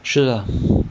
是 lah